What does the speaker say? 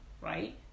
Right